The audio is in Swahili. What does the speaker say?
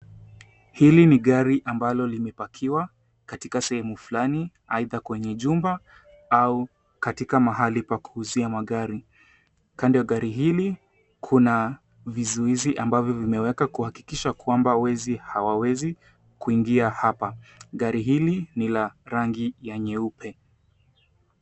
Hili ni gari ambalo limepakiwa katika sehemu fulani aidha kwenye jumba au katika mahali pa kuuzia magari. Kando ya gari hili kuna vizuizi ambavyo vimewekwa kuhakikisha kwamba wezi hawawezi kuingia hapa. Gari hili ni la rangi ya nyeupe.